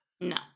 no